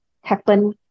happen